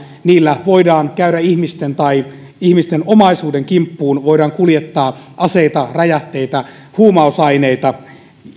niillä voidaan käydä ihmisten tai ihmisten omaisuuden kimppuun voidaan kuljettaa aseita räjähteitä huumausaineita